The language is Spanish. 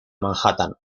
manhattan